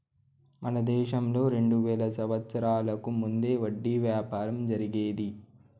మన దేశంలో రెండు వేల సంవత్సరాలకు ముందే వడ్డీ వ్యాపారం జరిగేది